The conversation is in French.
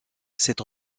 cette